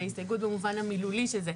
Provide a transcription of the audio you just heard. אלא הסתייגות במובן המילולי של זה.